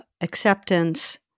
acceptance